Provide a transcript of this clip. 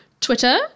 Twitter